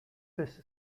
this